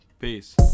peace